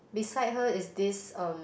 beside her is this um